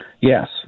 Yes